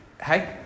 Hey